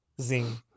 Zing